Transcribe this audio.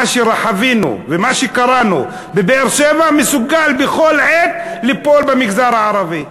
מה שחווינו ומה שקראנו בבאר-שבע מסוגל בכל עת ליפול במגזר הערבי.